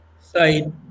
side